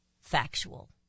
factual